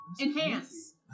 enhance